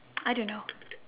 I don't know